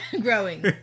Growing